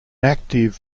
active